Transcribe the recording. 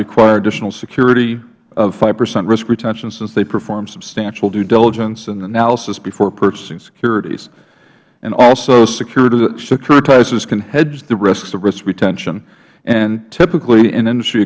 require additional security of five percent risk retention since they perform substantial due diligence and analysis before purchasing securities and also securitizers can hedge the risks of risk retention and typically in industry